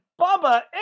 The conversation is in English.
Bubba